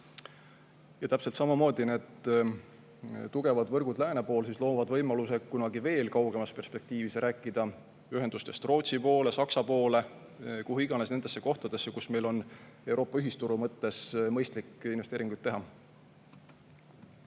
siis lõuna poole. Tugevad võrgud lääne pool loovad võimaluse kunagi veel kaugemas perspektiivis rääkida ühendustest Rootsi poole, Saksa poole või kuhu iganes – nendesse kohtadesse, kus meil on Euroopa ühisturu mõttes mõistlik investeeringuid teha.